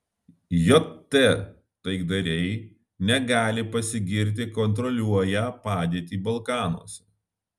jt taikdariai negali pasigirti kontroliuoją padėtį balkanuose